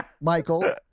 michael